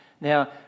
Now